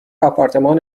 آپارتمان